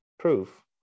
proof